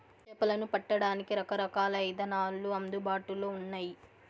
చేపలను పట్టడానికి రకరకాల ఇదానాలు అందుబాటులో ఉన్నయి